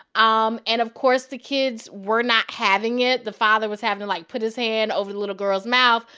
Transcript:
um and, of course, the kids were not having it. the father was having to, like, put his hand ah and over the little girl's mouth.